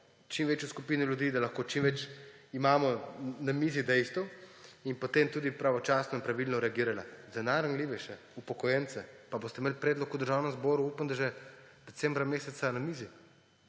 čim večjo skupino ljudi, da imamo na mizi lahko čim več dejstev, in potem bo tudi pravočasno in pravilno reagirala. Za neranljivejše, upokojence, pa boste imeli predlog v Državnem zboru, upam, da že decembra meseca na mizi.